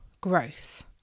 growth